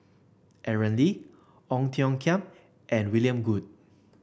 Aaron Lee Ong Tiong Khiam and William Goode